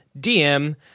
DM